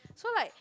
so like